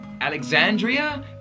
Alexandria